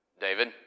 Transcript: David